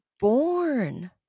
born